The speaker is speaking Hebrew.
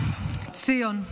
ציון.